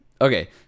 Okay